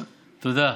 תודה.